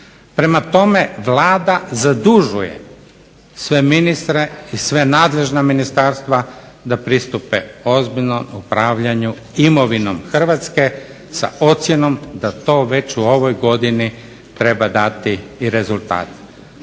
Prema tome, Vlada zadužuje sve ministre i sva nadležna ministarstva da pristupe ozbiljnom upravljanju imovinom Hrvatske sa ocjenom da to već u ovoj godini treba dati i rezultat.